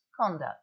conduct